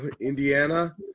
Indiana